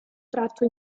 tratto